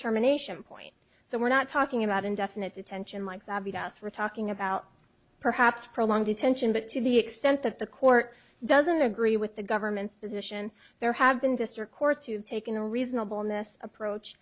termination point so we're not talking about indefinite detention like sabu das we're talking about perhaps prolonged detention but to the extent that the court doesn't agree with the government's position there have been district courts you've taken a reasonable